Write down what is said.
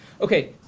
Okay